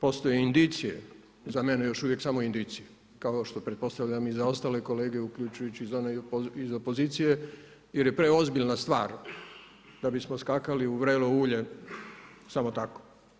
Sada postoje indicije, za mene još uvijek samo indicije kao što pretpostavljam i za ostale kolege uključujući i za one iz opozicije jer je preozbiljna stvar da bismo skakali u vrelo ulje samo tako.